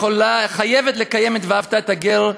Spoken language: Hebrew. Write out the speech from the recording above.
חייבת לקיים את "ואהבת את הגר",